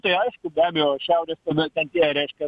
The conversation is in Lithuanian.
tai aišku be abejo šiaurės tada ten tie reiškias